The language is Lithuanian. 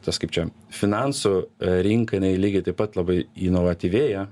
tas kaip čia finansų rinka inai lygiai taip pat labai inovatyvėja